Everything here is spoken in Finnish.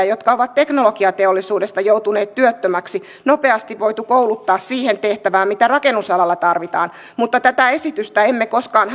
jotka ovat teknologiateollisuudesta joutuneet työttömäksi nopeasti voitu kouluttaa siihen tehtävään mitä rakennusalalla tarvitaan mutta tätä esitystä emme koskaan